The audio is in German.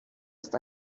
ist